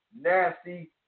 nasty